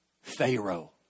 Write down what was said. Pharaoh